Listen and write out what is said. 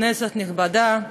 כנסת נכבדה,